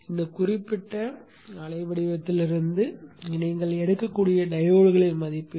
இந்த குறிப்பிட்ட அலை வடிவத்திலிருந்து நீங்கள் எடுக்கக்கூடிய டையோடுக்கான மதிப்பீடு